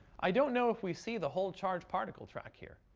i don't know if we see the whole charged particle track here.